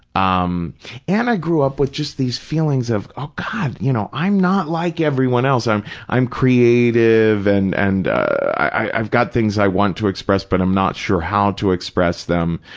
um and i grew up with just these feelings of, oh, god, you know, i'm not like everyone else. i'm i'm creative and and i've got things i want to express but i'm not sure how to express them.